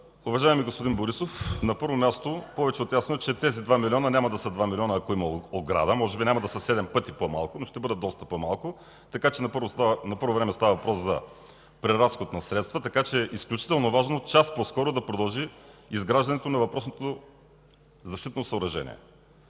Уважаеми господин Борисов, на първо място, повече от ясно е, че тези 2 милиона няма да са 2 милиона, ако има ограда. Може би няма да са седем пъти по-малко, но ще бъдат доста по-малко. Така че на първо време става въпрос за преразход на средства. Изключително важно е част по-скоро да продължи изграждането на въпросното защитно съоръжение.